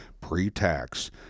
pre-tax